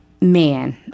man